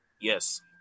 yes